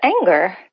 anger